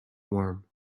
warm